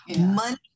money